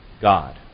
God